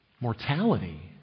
mortality